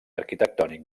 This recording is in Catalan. arquitectònic